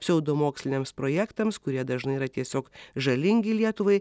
pseudomoksliniams projektams kurie dažnai yra tiesiog žalingi lietuvai